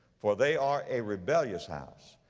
for they are a rebellious house,